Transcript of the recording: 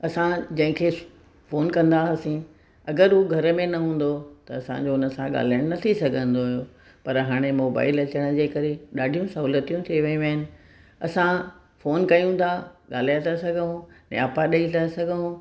असां जंहिंखे फोन कंदा हुआसीं अॻरि हू घर में न हूंदो हो त असांजो हुन सां ॻाल्हाइणु न थी सघंदो हुयो पर हाणे मोबाइल अचण जे करे ॾाढियूं सोलूहतियूं थी वियूं आहिनि असां फोन कयूं था ॻाल्हाए था सघूं न्यापा ॾेई था सघूं